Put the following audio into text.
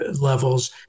levels